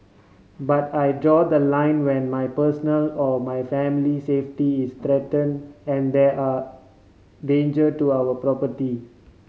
but I draw the line when my personal or my family safety is threaten and there are danger to our property